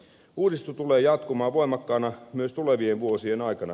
uudistus tulee jatkumaan voimakkaana myös tulevien vuosien aikana